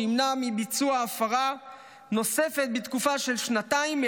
שימנע מביצוע הפרה נוספת בתקופה של שנתיים,